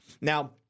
Now